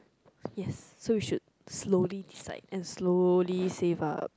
yes we should slowly like and slowly save up